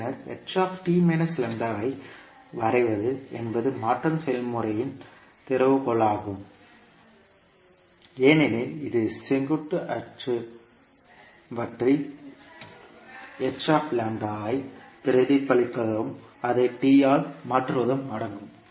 பின்னர் ஐ வரைவது என்பது மாற்றும் செயல்முறையின் திறவுகோலாகும் ஏனெனில் இது செங்குத்து அச்சு பற்றி ஐ பிரதிபலிப்பதும் அதை ஆல் மாற்றுவதும் அடங்கும்